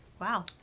Wow